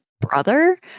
brother